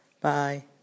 Bye